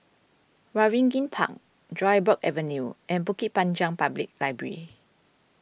Waringin Park Dryburgh Avenue and Bukit Panjang Public Library